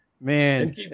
Man